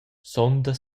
sonda